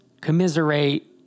commiserate